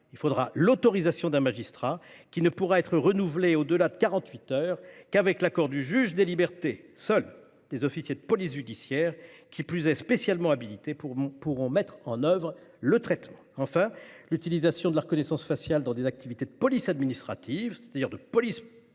il faudra l'autorisation d'un magistrat, qui ne pourra être renouvelée au-delà de quarante-huit heures qu'avec l'accord du juge des libertés et de la détention. Seuls des officiers de police judiciaire, qui plus est spécialement habilités, pourront mettre en oeuvre le traitement. Enfin, l'utilisation de la reconnaissance faciale dans des activités de police administrative, c'est-à-dire de police préventive,